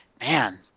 man